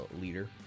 leader